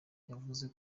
yakoze